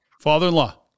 father-in-law